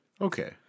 Okay